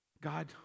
God